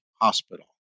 Hospital